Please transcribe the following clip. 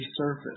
resurfaced